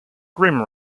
grimm